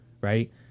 right